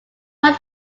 not